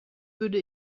würde